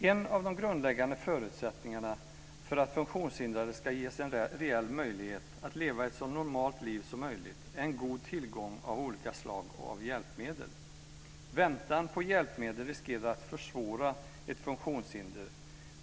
En av de grundläggande förutsättningarna för att funktionshindrade ska ges en reell möjlighet att leva ett så normalt liv som möjligt är en god tillgång på hjälpmedel av olika slag. Väntan på hjälpmedel riskerar att försvåra ett funktionshinder.